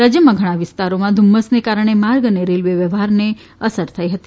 રાજ્યમાં ઘણા વિસ્તારોમાં ધુમ્મસને કારણે માર્ગ અને રેલ્વે વ્યવહારને અસર થઇ હતી